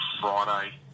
Friday